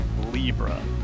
Libra